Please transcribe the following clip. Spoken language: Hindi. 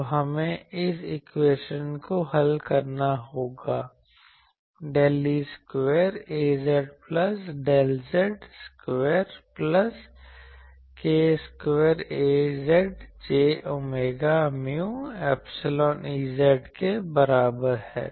तो हमें इस इक्वेशन को हल करना होगा Del square Az plus del z square plus k square Az j omega mu epsilon Ez के बराबर है